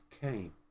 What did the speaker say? came